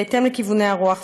בהתאם לכיווני הרוח,